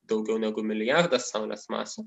daugiau negu milijardas saulės masių